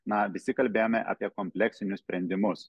na visi kalbėjome apie kompleksinius sprendimus